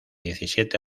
diecisiete